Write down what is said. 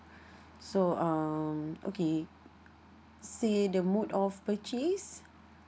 so um okay say the mode of purchase